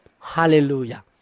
Hallelujah